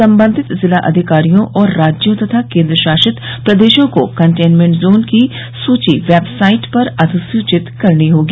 संबंधित जिला अधिकारियों और राज्यों तथा केंद्र शासित प्रदेशों को कंटेन्मेंट जोन की सूची वेबसाइट पर अधिसूचित करनी होगी